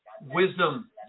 wisdom